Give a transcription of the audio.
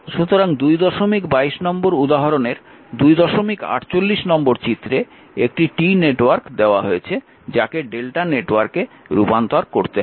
সুতরাং 222 নম্বর উদাহরণের 248 নম্বর চিত্রে একটি T নেটওয়ার্ক দেওয়া হয়েছে যাকে Δ নেটওয়ার্কে রূপান্তর করতে হবে